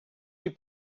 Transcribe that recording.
you